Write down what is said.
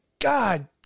God